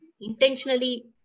intentionally